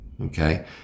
Okay